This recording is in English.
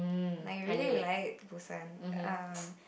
like I really liked Busan um